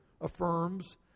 affirms